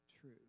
true